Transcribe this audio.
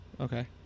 Okay